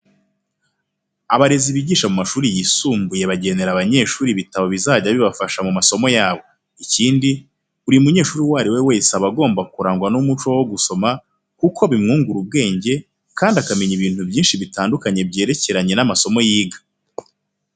Abarezi bigisha mu mashuri yisumbuye bagenera abanyeshuri ibitabo bizajya bibafasha mu masomo yabo. Ikindi, buri munyeshuri uwo ari we wese aba agomba kurangwa n'umuco wo gusoma kuko bimwungura ubwenge, kandi akamenya ibintu byinshi bitandukanye byerekeranye n'amasomo yiga.